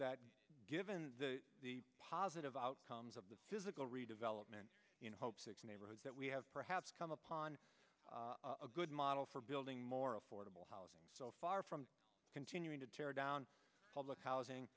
that given the positive outcomes of the physical redevelopment in hopes neighborhoods that we have perhaps come upon a good model for building more affordable housing so far from continuing to tear down public housing